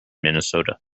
minnesota